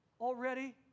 already